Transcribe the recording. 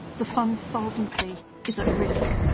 the fund's solvency is at risk.